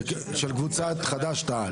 של קבוצת "חד"ש-תע"ל",